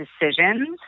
decisions